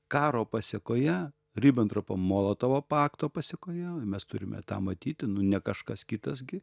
karo pasekoje ribentropo molotovo pakto pasekoje mes turime tą matyti ne kažkas kitas gi